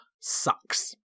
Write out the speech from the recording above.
sucks